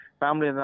family